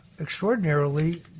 extraordinarily